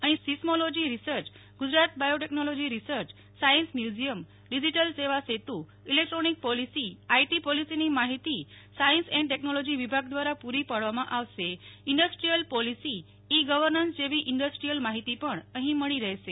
અહીં seismology research Gujarat biotechnology research science museum digital Seva Setu electronic policy IT પોલીસીની માહિતી science and technology વિભાગ દ્વારા પુ રી પાડવામાં આવશે ઇન્ડસ્ટ્રીયલ પોલિસી ઈ ગવર્નન્સ જેવી ઇન્ડસ્ટ્રીયલ માહિતી પણ અહીં મળી રહેશે